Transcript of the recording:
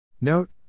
Note